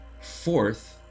fourth